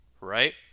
right